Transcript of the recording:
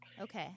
Okay